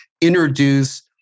introduce